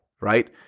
right